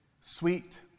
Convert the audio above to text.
sweet